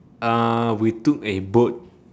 uh we took a boat